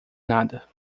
nada